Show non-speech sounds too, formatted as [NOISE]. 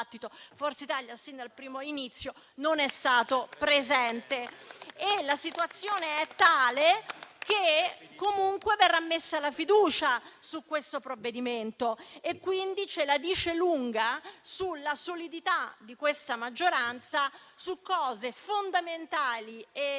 Forza Italia sin dall'inizio non è stata presente. [APPLAUSE] La situazione è tale che comunque verrà messa la fiducia su questo provvedimento. E ciò la dice lunga sulla solidità di questa maggioranza su cose fondamentali e